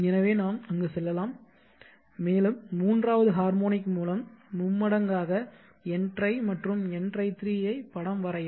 எனவே நாம் அங்கு செல்லலாம் மேலும் மூன்றாவது ஹார்மோனிக் மூலம் மும்மடங்காக ntri மற்றும் ntri3 ஐ படம் வரையும்